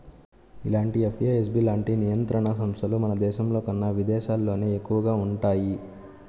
ఇలాంటి ఎఫ్ఏఎస్బి లాంటి నియంత్రణ సంస్థలు మన దేశంలోకన్నా విదేశాల్లోనే ఎక్కువగా వుంటయ్యి